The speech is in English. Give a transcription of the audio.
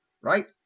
right